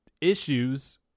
issues